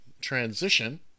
transition